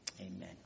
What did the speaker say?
Amen